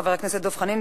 חבר הכנסת דב חנין,